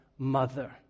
Mother